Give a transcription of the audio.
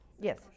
yes